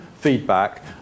feedback